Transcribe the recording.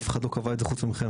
אף אחד לא קבע את זה חוץ ממכם.